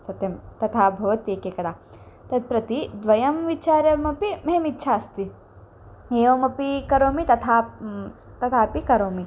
सत्यं तथा भवति एकैकदा तत् प्रति द्वयं विचारमपि मह्यम् इच्छा अस्ति एवमपि करोमि तथा तथापि करोमि